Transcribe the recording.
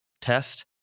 test